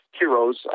heroes